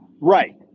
Right